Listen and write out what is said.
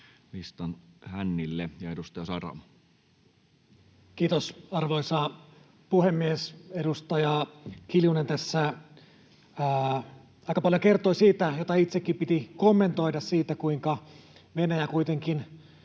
listan hännille. — Ja edustaja Saramo. Kiitos, arvoisa puhemies! Edustaja Kiljunen tässä aika paljon kertoi siitä, mitä itsenikin piti kommentoida, eli siitä, kuinka Venäjä kuitenkin